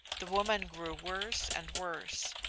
the woman grew worse and worse.